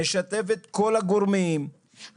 נשתף את כל הגורמים,